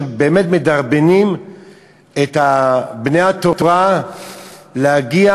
שבאמת מדרבנים את בני התורה להגיע